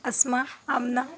Asma Amna